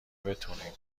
بتونیم